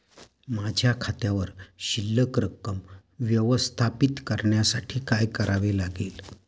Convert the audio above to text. माझ्या खात्यावर शिल्लक रक्कम व्यवस्थापित करण्यासाठी काय करावे लागेल?